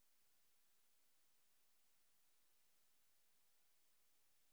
हमन कोन कोन प्रकार के ऋण लाभ ले सकत हन?